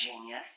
genius